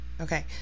okay